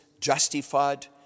justified